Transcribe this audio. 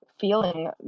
feeling